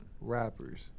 Rappers